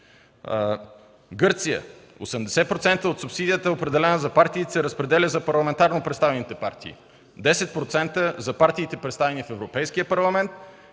процента от субсидията, определена за партиите, се разпределя за парламентарно представените партии, 10% за партиите, представени в Европейския парламент,